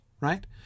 Right